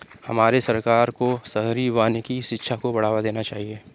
हमारे सरकार को शहरी वानिकी शिक्षा को बढ़ावा देना चाहिए